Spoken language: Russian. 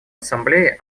ассамблеи